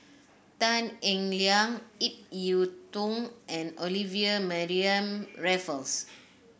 Tan Eng Liang Ip Yiu Tung and Olivia Mariamne Raffles